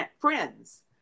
friends